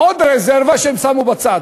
עוד רזרבה שהם שמו בצד.